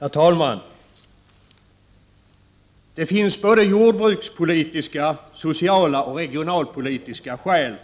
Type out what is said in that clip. Herr talman! Det finns både jordbrukspolitiska, sociala och regionalpolitiska skäl